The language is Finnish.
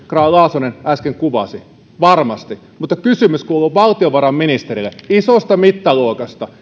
grahn laasonen äsken kuvasi varmasti mutta kysymys kuuluu valtiovarainministerille jos puhutaan isosta mittaluokasta